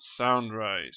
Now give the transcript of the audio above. Soundrise